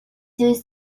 does